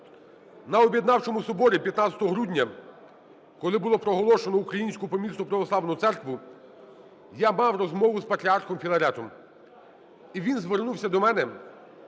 На Об'єднавчому Соборі 15 грудня, коли було проголошено українську помісну Православну Церкву, я мав розмову з Патріархом Філаретом. І він звернувся до мене